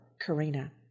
karina